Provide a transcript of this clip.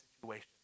situation